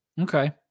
Okay